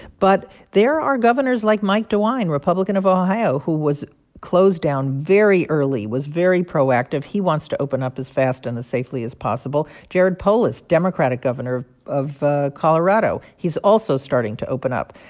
but there are governors like mike dewine, republican of ohio, who was closed down very early, was very proactive. he wants to open up as fast and as safely as possible. jared polis, democratic governor of colorado he's also starting to open up.